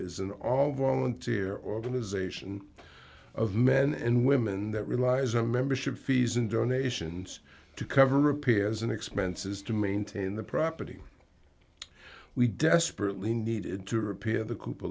is an all volunteer organization of men and women that relies on membership fees and donations to cover repairs and expenses to maintain the property we desperately needed to repair the co